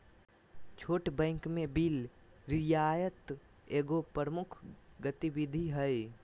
छोट बैंक में बिल रियायत एगो प्रमुख गतिविधि हइ